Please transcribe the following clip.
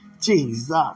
Jesus